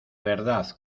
verdad